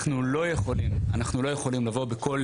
אנחנו לא יכולים לבוא בכל